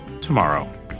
tomorrow